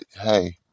hey